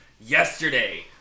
yesterday